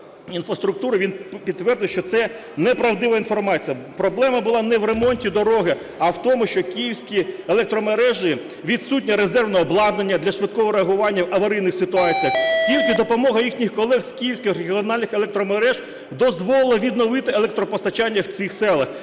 він підтвердив, що це неправдива інформація. Проблема була не в ремонтні дороги, а в тому, що в "Київських електромережах" відсутнє резервне обладнання для швидкого реагування в аварійних ситуаціях. Тільки допомога їхніх колег з "Київських регіональних електромереж" дозволить відновити електропостачання в цих селах.